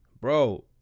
Bro